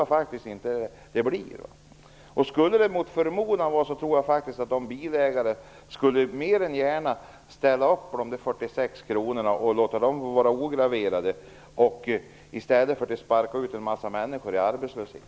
Jag tror inte att det blir så, men om det mot förmodan blir så tror jag att bilägarna mer än gärna ställer upp och betalar 46 kr ograverat, i stället för att en massa människor skall sparkas ut i arbetslöshet.